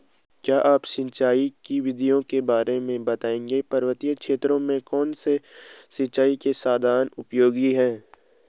क्या आप सिंचाई की विधियों के बारे में बताएंगे पर्वतीय क्षेत्रों में कौन से सिंचाई के साधन उपयोगी हैं?